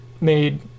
made